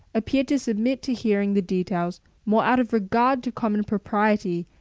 appeared to submit to hearing the details more out of regard to common propriety,